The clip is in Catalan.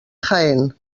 jaén